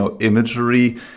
imagery